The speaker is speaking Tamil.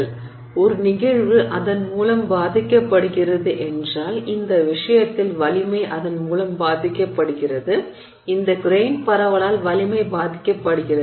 எனவே ஒரு நிகழ்வு அதன் மூலம் பாதிக்கப்படுகிறதென்றால் இந்த விஷயத்தில் வலிமை அதன் மூலம் பாதிக்கப்படுகிறது இந்த கிரெய்ன் பரவலால் வலிமை பாதிக்கப்படுகிறது